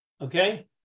Okay